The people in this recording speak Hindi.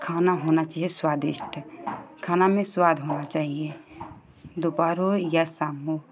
खाना होना चाहिये स्वादिष्ट खाना में स्वाद होना चाहिए दोपहर हो या शाम हो